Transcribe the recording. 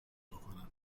بکنم